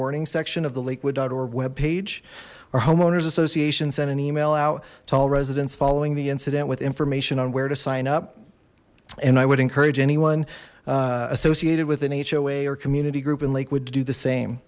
warnings section of the lakewood or webpage our homeowners association sent an email out to all residents following the incident with information on where to sign up and i would encourage anyone associated with an hoa or community group in lakewood to do the same